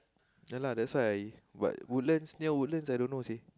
ya lah that's why I but Woodlands near Woodlands I don't know ah